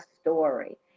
story